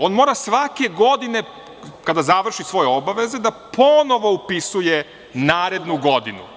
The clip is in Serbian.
On mora svake godine kada završi svoje obaveze, da ponovo upisuje narednu godinu.